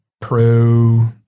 pro